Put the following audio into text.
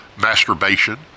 masturbation